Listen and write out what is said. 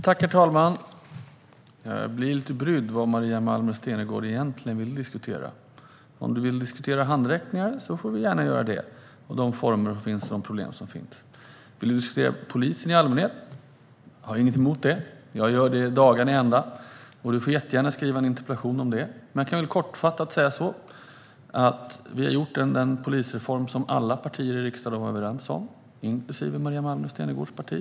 Herr talman! Jag blir lite brydd över vad Maria Malmer Stenergard egentligen vill diskutera. Vill hon diskutera former för och problem med handräckningar kan vi gärna göra det. Vill hon diskutera polisen i allmänhet gör jag jättegärna det. Det gör jag dagarna i ända. Hon får gärna skriva en interpellation om det. Kortfattat kan jag säga att vi i Sverige har genomfört en polisreform som alla riksdagens partier var överens om, inklusive Maria Malmer Stenergards parti.